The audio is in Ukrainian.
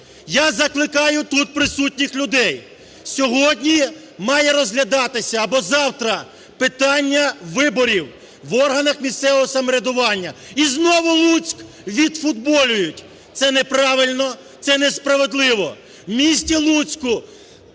Я закликаю тут присутніх людей, сьогодні має розглядатися або завтра питання виборів в органах місцевого самоврядування, і знову Луцьк відфутболюють. Це неправильно, це несправедливо,